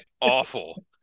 awful